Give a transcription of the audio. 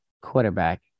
quarterback